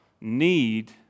need